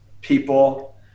people